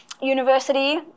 University